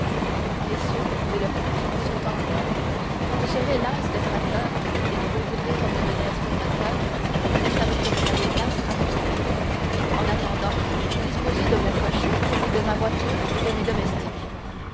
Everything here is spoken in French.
messieurs dit le comte en sautant à terre quand vous serez las d'être acteurs et que vous voudrez redevenir spectateurs vous savez que vous avez place à mes fenêtres en attendant disposez de mon cocher de ma voiture et de mes domestiques